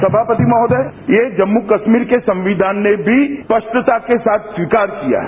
सभापति महोदय ये जम्मू कश्मीर के संविधान ने भी स्पष्टता के साथ स्वीकार किया है